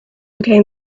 came